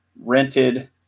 rented